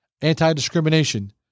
Anti-discrimination